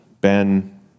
Ben